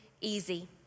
easy